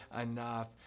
enough